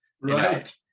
Right